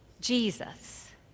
Jesus